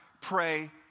pray